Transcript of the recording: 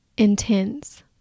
Intense